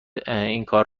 اینکار